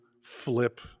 flip